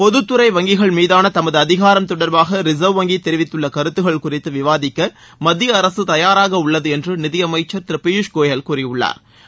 பொதுத்துறை வங்கிகள் மீதான தமது அதிகாரம் தொடர்பாக ரிச்வ் வங்கி தெரிவித்துள்ள கருத்துக்கள் குறித்து விவாதிக்க மத்திய அரசு தயராக உள்ளது என்று நிதியமைச்சா் திரு பியூஸ்கோயல் கூறியுள்ளாா்